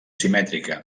simètrica